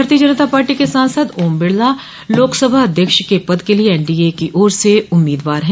भारतीय जनता पार्टी के सांसद ओम बिड़ला लोकसभा अध्यक्ष के पद के लिए एनडीए की ओर से उम्मीदवार हैं